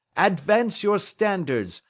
advance your standards,